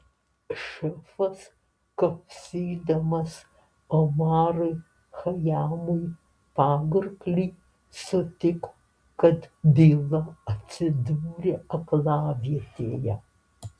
šefas kasydamas omarui chajamui pagurklį sutiko kad byla atsidūrė aklavietėje